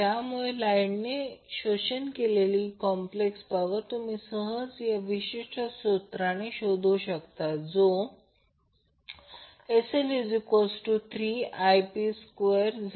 त्यामुळे लोडने शोषण केलेली कॉम्प्लेक्स पॉवर तुम्ही सहज या विशिष्ट सूत्राने शोधु शकता SL3Ip2Zp36